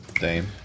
Dame